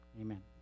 Amen